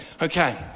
Okay